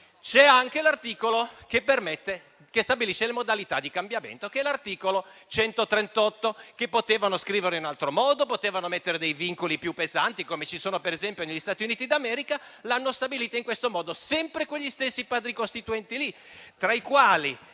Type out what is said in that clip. c'è anche l'articolo 138, che ne stabilisce le modalità di cambiamento; potevano scriverlo in altro modo, potevano mettere dei vincoli più pesanti, come ci sono, per esempio, negli Stati Uniti d'America; lo hanno stabilito in questo modo sempre quegli stessi Padri costituenti, tra i quali